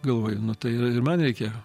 galvoju nu tai yra ir man reikia